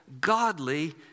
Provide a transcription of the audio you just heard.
godly